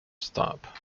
stop